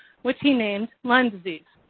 which he named lyme disease.